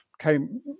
came